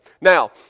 Now